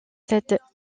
cette